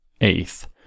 eighth